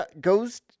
goes